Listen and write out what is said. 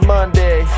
Monday